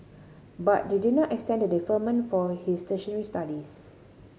but they did not extend the deferment for his tertiary studies